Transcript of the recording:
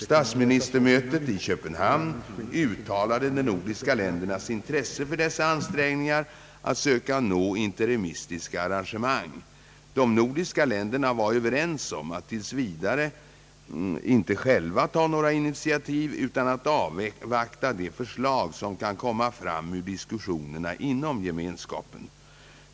Statsministermötet i Köpenhamn uttalade de nordiska ländernas intresse för dessa ansträngningar att söka nå interimistiska arrangemang. De nordiska länderna var överens om att tills vidare inte själva ta några nya initiativ utan avvakta de förslag som kan komma fram ur diskussionerna inom Gemenskapen.